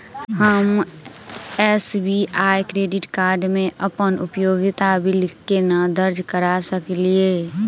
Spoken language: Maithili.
हम एस.बी.आई क्रेडिट कार्ड मे अप्पन उपयोगिता बिल केना दर्ज करऽ सकलिये?